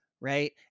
right